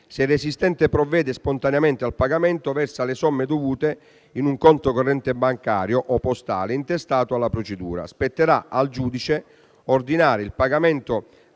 il resistente provvede spontaneamente al pagamento, versa le somme dovute in un conto corrente bancario o postale intestato alla procedura; spetterà al giudice ordinare il pagamento